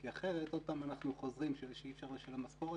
כי אחרת עוד פעם אנחנו חוזרים שאי-אפשר לשלם משכורת,